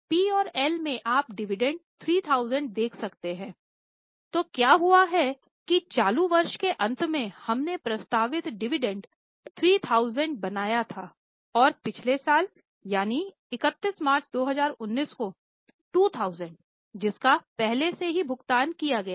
P और L में आप डिविडेंड 3000 बनाया था और पिछले साल यानी 31 मार्च 2019 को 2000 जिसका पहले से ही भुगतान किया गया है